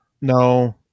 No